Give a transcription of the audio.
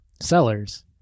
sellers